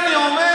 לכן אני אומר,